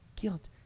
guilt